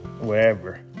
wherever